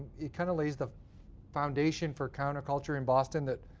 it kind of lays the foundation for counterculture in boston that